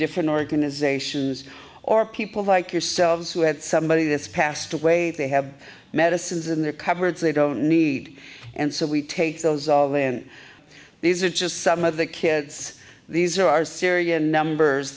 different organizations or people like yourselves who had somebody that's passed away they have medicines in their cupboards they don't need and so we take those of in these are just some of the kids these are our syrian numbers